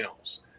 else